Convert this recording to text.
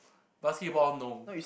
basketball no